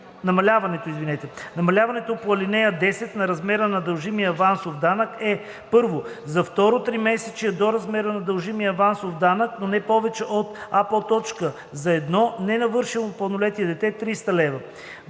Намаляването по ал. 10 на размера на дължимия авансов данък е: 1. за второ тримесечие – до размера на дължимия авансов данък, но не повече от: а) за едно ненавършило пълнолетие дете – 300 лв.;